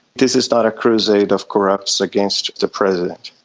this is not a crusade of corrupts against the president,